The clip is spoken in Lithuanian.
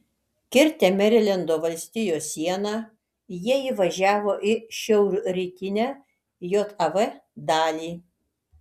kirtę merilendo valstijos sieną jie įvažiavo į šiaurrytinę jav dalį